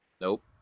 Nope